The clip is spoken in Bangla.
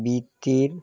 বিক্রি